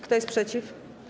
Kto jest przeciw?